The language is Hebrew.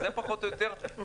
זה פחות או יותר בבנק.